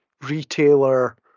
retailer